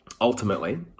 ultimately